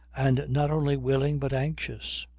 and not only willing but anxious.